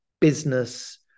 business